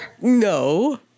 No